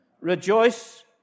Rejoice